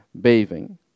bathing